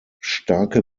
starke